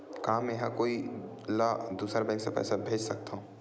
का मेंहा कोई ला दूसर बैंक से पैसा भेज सकथव?